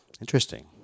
Interesting